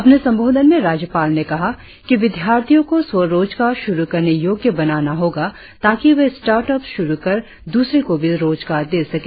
अपने संबोधन में राज्यपाल ने कहा कि विद्यार्थियों को स्वरोजगार शुरु करने योग्य बनाना होगा ताकि वे स्टार्टअप शुरु कर द्रसरे को भी रोजगार दे सके